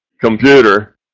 computer